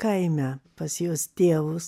kaime pas jos tėvus